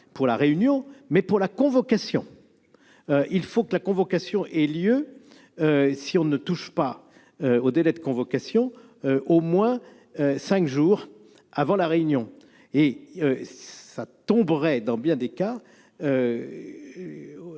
pour la réunion, mais pour la convocation du conseil. Il faut que la convocation ait lieu, si l'on ne touche pas au délai, au moins cinq jours avant la réunion. Cela tomberait, dans bien des cas,